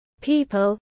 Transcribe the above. people